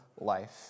life